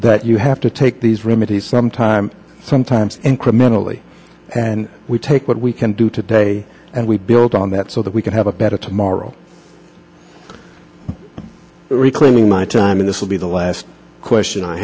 that you have to take these remedies sometimes sometimes incrementally and we take what we can do today and we build on that so that we can have a better tomorrow reclaiming my time in this will be the last question i